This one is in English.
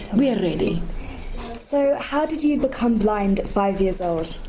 we are ready so, how did you become blind at five years old?